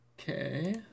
Okay